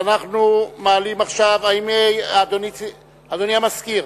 אדוני המזכיר,